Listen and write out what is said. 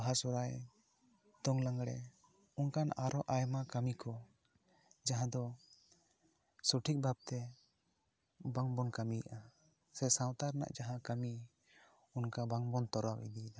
ᱵᱟᱦᱟ ᱥᱚᱨᱦᱟᱭ ᱫᱚᱝ ᱞᱟᱜᱽᱲᱮ ᱚᱱᱠᱟᱱ ᱟᱨᱚ ᱟᱭᱢᱟ ᱠᱟᱹᱢᱤ ᱠᱚ ᱡᱟᱦᱟᱸ ᱫᱚ ᱥᱚᱴᱷᱤᱠ ᱵᱷᱟᱵᱽ ᱛᱮ ᱵᱟᱝ ᱵᱚᱱ ᱠᱟᱹᱢᱤᱜᱼᱟ ᱥᱮ ᱥᱟᱶᱛᱟ ᱨᱮᱱᱟᱜ ᱡᱟᱦᱟᱸ ᱠᱟᱹᱢᱤ ᱚᱱᱠᱟ ᱵᱟᱝ ᱵᱚᱱ ᱛᱚᱨᱟᱣ ᱤᱫᱤ ᱫᱟ